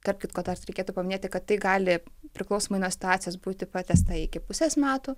tarp kitko dar reikėtų paminėti kad tai gali priklausomai nuo situacijos būti pratęsta iki pusės metų